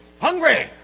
Hungry